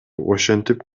ошентип